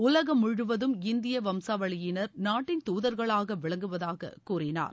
உலகம் முழுவதம் இந்திய வம்சாவளியினர் நாட்டின் தூதர்களாக விளங்குவதாக கூறினார்